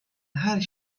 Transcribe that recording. her